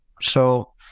So-